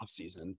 offseason